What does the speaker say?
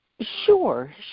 sure